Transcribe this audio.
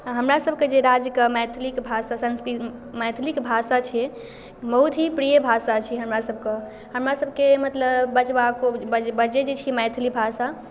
हमरासभके जे राज्यके मैथिलीके भाषा संस्कृ मैथिलीके भाषा छै बहुत ही प्रिय भाषा छै हमरासभके हमरसभके मतलब बजबाको बज बजै जे छी मैथिली भाषा